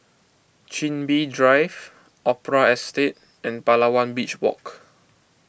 Chin Bee Drive Opera Estate and Palawan Beach Walk